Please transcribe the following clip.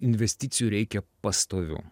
investicijų reikia pastovių